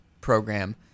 program